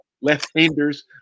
left-handers